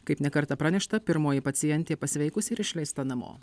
kaip ne kartą pranešta pirmoji pacientė pasveikusi ir išleista namo